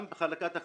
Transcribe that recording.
גם בחלוקת ההכנסות,